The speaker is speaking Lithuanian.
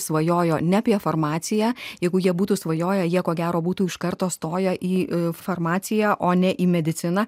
svajojo ne apie farmaciją jeigu jie būtų svajoję jie ko gero būtų iš karto stoję į farmaciją o ne į mediciną